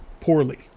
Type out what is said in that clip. poorly